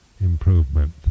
improvement